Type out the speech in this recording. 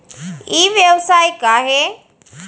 ई व्यवसाय का हे?